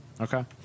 okay